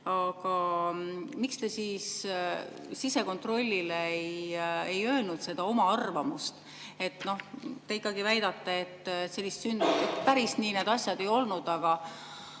Aga miks te siis sisekontrollile ei öelnud seda oma arvamust? Te ikkagi väidate, et päris nii need asjad ei olnud, aga